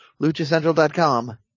LuchaCentral.com